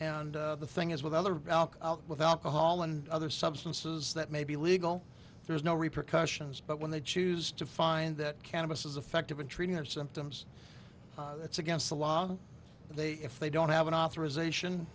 and the thing is with other alcohol with alcohol and other substances that may be legal there's no repercussions but when they choose to find that cannabis is effective in treating their symptoms that's against the law but they if they don't have an authorization